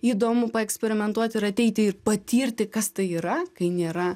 įdomu paeksperimentuoti ir ateiti ir patirti kas tai yra kai nėra